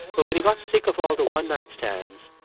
but when he got sick of all the one night stands,